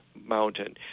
mountain